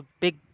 big